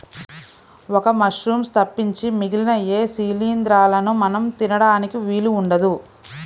ఒక్క మశ్రూమ్స్ తప్పించి మిగిలిన ఏ శిలీంద్రాలనూ మనం తినడానికి వీలు ఉండదు